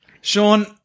Sean